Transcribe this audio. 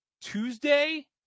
Tuesday